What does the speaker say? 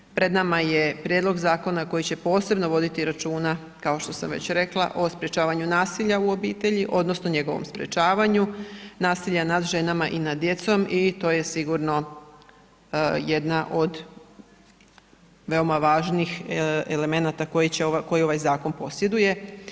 Dakle, pred nama je prijedlog zakona koji će posebno voditi računa kao što sam već rekla o sprječavanju nasilja u obitelji odnosno njegovom sprječavanju nasilja nad ženama i nad djecom i to je sigurno jedna od veoma važnih elemenata koji ovaj zakon posjeduje.